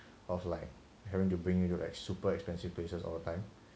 of like having to bring you to like super expensive places all the time